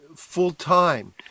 full-time